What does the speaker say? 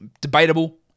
Debatable